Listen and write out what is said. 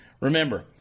Remember